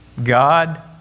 God